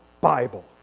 Bible